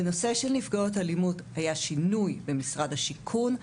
בנושא של נפגעות אלימות היה שינוי במשרד השיכון.